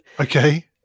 Okay